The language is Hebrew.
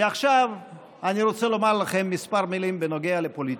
ועכשיו אני רוצה לומר לכם מספר מילים בנוגע לפוליטיקה: